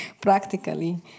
practically